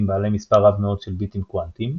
בעלי מספר רב מאוד של ביטים קוונטיים,